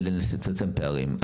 ונצמצם פערים.